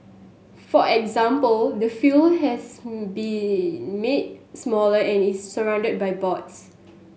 for example the field has been made smaller and is surrounded by boards